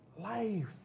life